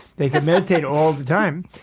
they could meditate all the time.